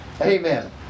Amen